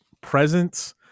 presence